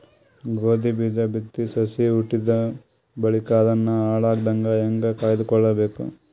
ಗೋಧಿ ಬೀಜ ಬಿತ್ತಿ ಸಸಿ ಹುಟ್ಟಿದ ಬಳಿಕ ಅದನ್ನು ಹಾಳಾಗದಂಗ ಹೇಂಗ ಕಾಯ್ದುಕೊಳಬೇಕು?